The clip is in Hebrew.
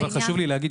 אבל חשוב לי להגיד,